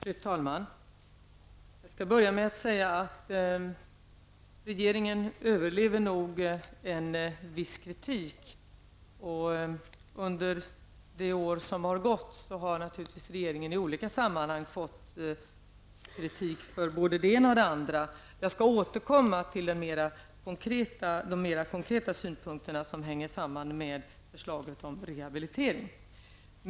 Fru talman! Jag skall börja med att säga att regeringen nog överlever en viss kritik. Under det år som har förflutit har naturligtvis regeringen i olika sammanhang fått kritik för både det ena och det andra. Jag skall återkomma till de mera konkreta synpunkter som sammanhänger med förslaget om rehabilitering.